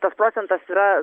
tas procentas yra